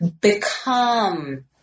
become